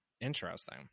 interesting